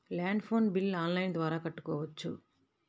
Land phone bill online ద్వారా కట్టుకోవచ్చు?